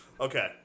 Okay